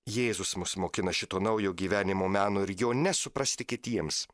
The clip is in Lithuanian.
jėzus mus mokina šito naujo gyvenimo meno ir jo nesuprasti kitiems